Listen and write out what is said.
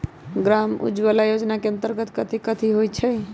ग्राम उजाला योजना के अंतर्गत कथी कथी होई?